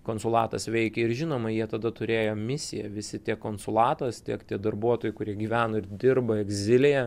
konsulatas veikė ir žinoma jie tada turėjo misiją visi tiek konsulatas tiek tie darbuotojai kurie gyveno ir dirbo egzilėje